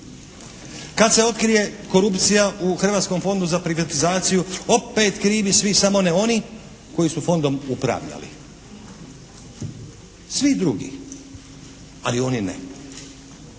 Kad se otkrije korupcija u Hrvatskom fondu za privatizaciju opet krivi svi samo ne oni koji su fondom upravljali. Svi drugi, ali oni ne.